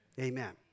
Amen